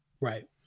Right